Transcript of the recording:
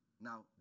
Now